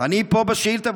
אני פה בשאילתה,